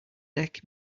neck